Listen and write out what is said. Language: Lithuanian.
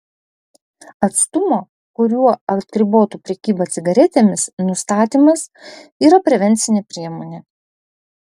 atstumo kuriuo atribotų prekybą cigaretėmis nustatymas yra prevencinė priemonė